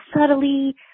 subtly